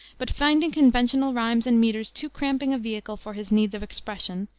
but finding conventional rhymes and meters too cramping a vehicle for his need of expression,